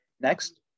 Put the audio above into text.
Next